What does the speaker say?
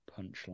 Punchline